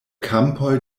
kampoj